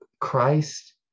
christ